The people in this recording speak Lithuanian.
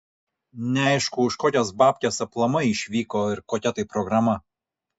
neaišku už kokias babkes aplamai išvyko ir kokia tai programa